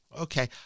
okay